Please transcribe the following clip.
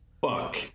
Fuck